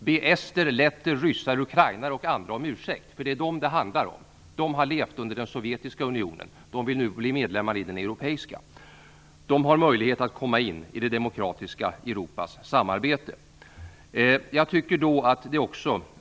Be ester, letter ryssar och ukrainare om ursäkt, för det är dem som det handlar om! De har levt under den sovjetiska unionen. De vill nu bli medlemmar i den europeiska. De har möjlighet att komma med i det demokratiska Europas samarbete.